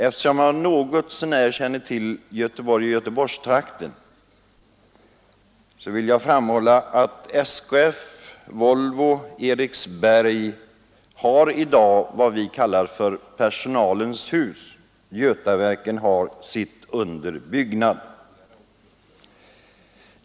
Eftersom jag något så när känner till Göteborg och Göteborgstrakten, vill jag framhålla att SKF, Volvo och Eriksberg i dag har vad vi kallar för Personalens hus. Götaverken har sitt under byggnad.